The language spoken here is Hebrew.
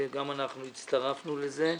וגם אנחנו הצטרפנו לזה,